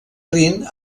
rin